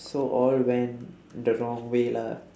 so all went the wrong way lah